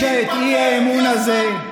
אתה בכלל יכול לכהן כחבר בממשלה?